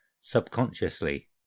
subconsciously